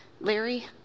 Larry